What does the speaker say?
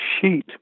sheet